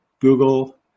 Google